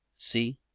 see!